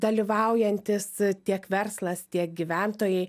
dalyvaujantys tiek verslas tiek gyventojai